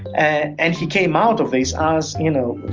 and and he came out of this as, you know,